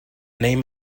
name